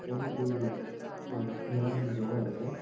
എനിക്ക് ഒരു ഫോ ഞാൻ ജോയായിരുന്നു